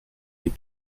des